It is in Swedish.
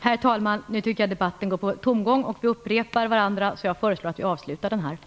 Herr talman! Nu tycker jag att debatten går på tomgång och att vi upprepar oss. Jag föreslår därför att vi slutar debatten här.